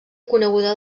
coneguda